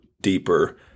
deeper